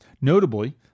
Notably